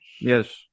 Yes